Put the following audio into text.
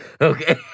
Okay